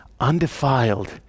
undefiled